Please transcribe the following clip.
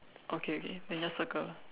okay okay then just circle